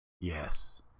Yes